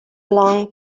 long